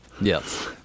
Yes